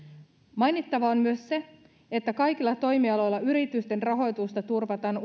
mainittavaa on myös se että kaikilla toimialoilla yritysten rahoitusta turvataan